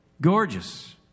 Gorgeous